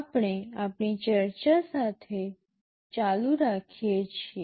આપણે આપણી ચર્ચા સાથે ચાલુ રાખીએ છીએ